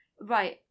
Right